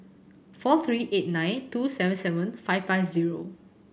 four three eight nine two seven seven five five zero